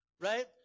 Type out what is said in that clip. Right